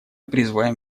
призываем